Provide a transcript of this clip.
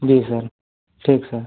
जी sir ठीक sir